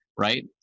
right